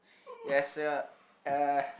yes uh uh